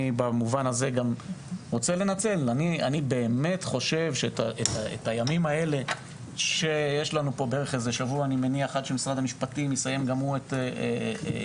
אני חושב שאת הימים האלה עד שמשרד המשפטים יסיים את ענייניו,